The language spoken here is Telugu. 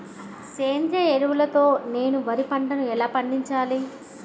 సేంద్రీయ ఎరువుల తో నేను వరి పంటను ఎలా పండించాలి?